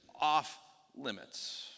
off-limits